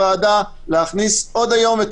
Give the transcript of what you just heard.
זה בסמכות הוועדה להכניס עוד היום את